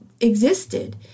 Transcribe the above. existed